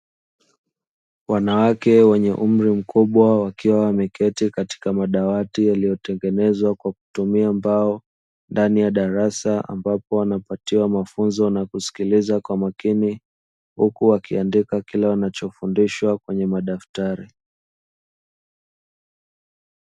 Wanawake wenye umri mkubwa wakiwa wameketi katika madawati yaliyotengenezwa kwa kutumia mbao, ndani ya darasa ambapo wanapatiwa mafunzo na kusikiliza kwa makini, huku akiandika kile wanachofundishwa kwenye madaftari.